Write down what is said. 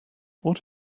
what